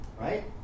Right